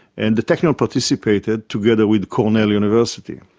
and the technion participated together with cornell university.